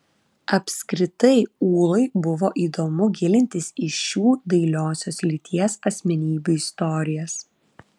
apskritai ūlai buvo įdomu gilintis į šių dailiosios lyties asmenybių istorijas